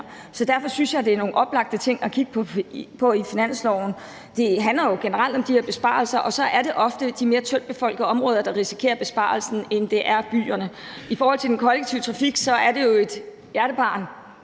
Så derfor synes jeg, det er nogle oplagte ting at kigge på i forbindelse med finanslovsforhandlingerne. Det handler generelt om de her besparelser, og så er det ofte de mere tyndtbefolkede områder, der risikerer besparelsen, end det er byerne. I forhold til den kollektive trafik er det jo et hjertebarn,